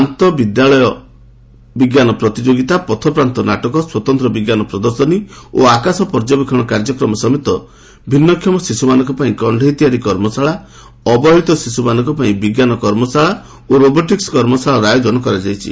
ଆନ୍ତଃ ବିଦ୍ୟାଳୟ ବିଜ୍ଞାନ ପ୍ରତିଯୋଗିତା ପଥପ୍ରାନ୍ତ ନାଟକ ସ୍ୱତନ୍ତ୍ର ବିଜ୍ଞାନ ପ୍ରଦର୍ଶନୀ ଓ ଆକାଶ ପର୍ଯ୍ୟବେକ୍ଷଣ କାର୍ଯ୍ୟକ୍ରମ ସମେତ ଭିନ୍ନକ୍ଷମ ଶିଶୁମାନଙ୍କ ପାଇଁ କଣ୍ଢେଇ ତିଆରି କର୍ମଶାଳା ଅବହେଳିତ ଶିଶୁମାନଙ୍କ ପାଇଁ ବିଜ୍ଞାନ କର୍ମଶାଳା ଓ ରବୋଟିକ୍ନ କର୍ମଶାଳାର ଆୟୋଜନ କରାଯାଇଛି